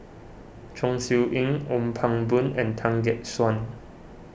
Chong Siew Ying Ong Pang Boon and Tan Gek Suan